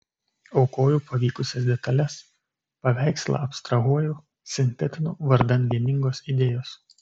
aukoju pavykusias detales paveikslą abstrahuoju sintetinu vardan vieningos idėjos